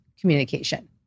communication